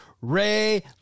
Ray